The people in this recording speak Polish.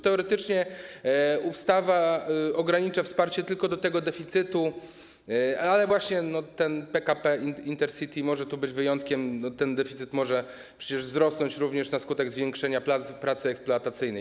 Teoretycznie ustawa ogranicza wsparcie tylko do tego deficytu, ale właśnie PKP Intercity może tu być wyjątkiem, bo ten deficyt może przecież wzrosnąć również na skutek zwiększenia pracy eksploatacyjnej.